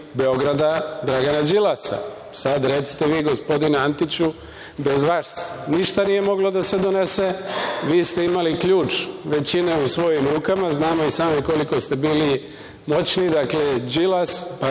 Beograda Dragana Đilasa. Sad recite vi, gospodine Antiću, bez vas ništa nije moglo da se donese. Vi ste imali ključ većine u svojim rukama. Znamo i sami koliko ste bili moćni, dakle, Đilas,